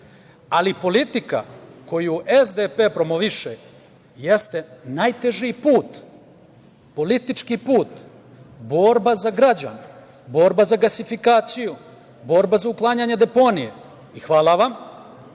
ali politika koju SDP jeste najteži put, politički put, borba za građane, borba za gasifikaciju, borba za uklanjanje deponije. Hvala